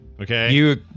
Okay